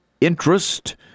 interest